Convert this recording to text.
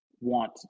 want